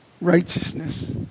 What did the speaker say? righteousness